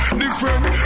different